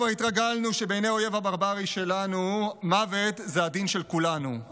כבר התרגלנו שבעיני האויב הברברי שלנו מוות זה הדין של כולנו,